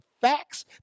facts